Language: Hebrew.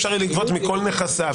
אפשר יהיה לגבות מכל נכסיו.